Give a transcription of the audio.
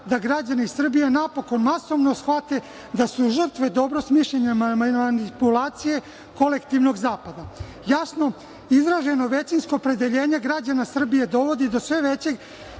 da građani Srbije napokon masovno shvate da su žrtve dobro smišljene manipulacije kolektivnog zapada. Jasno izraženo većinsko opredeljenje građana Srbije dovodi do sve većeg